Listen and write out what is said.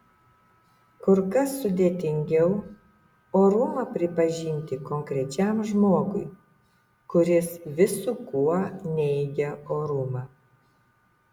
kur kas sudėtingiau orumą pripažinti konkrečiam žmogui kuris visu kuo neigia orumą